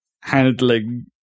handling